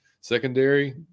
secondary